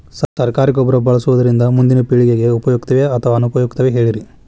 ಸರಕಾರಿ ಗೊಬ್ಬರ ಬಳಸುವುದರಿಂದ ಮುಂದಿನ ಪೇಳಿಗೆಗೆ ಉಪಯುಕ್ತವೇ ಅಥವಾ ಅನುಪಯುಕ್ತವೇ ಹೇಳಿರಿ